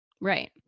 Right